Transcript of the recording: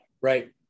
Right